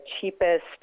cheapest